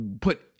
put